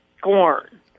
corn